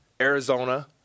Arizona